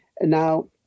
Now